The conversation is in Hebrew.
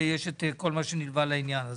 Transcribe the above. את כל מה שנלווה לעניין הזה.